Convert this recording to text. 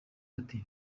ati